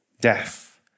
Death